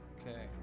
Okay